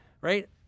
right